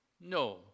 no